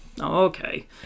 Okay